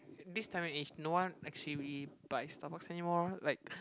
this time and age no one actually really buys Starbucks anymore like